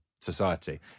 society